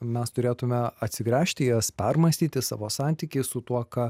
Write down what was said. mes turėtume atsigręžti į jas permąstyti savo santykį su tuo ką